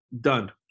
Done